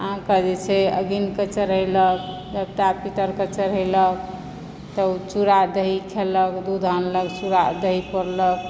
अहाँक जे छै अग्निकऽ चढ़ैलक देवता पितरकऽ चढ़ैलक तऽ ओ चूरा दही खेलक दूध आनलक चूरा दही पओरलक